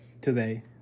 Today